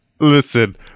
Listen